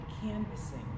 canvassing